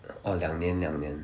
orh 两年两年